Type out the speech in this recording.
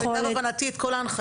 למיטב הבנתי, את כל ההנחיות.